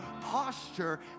posture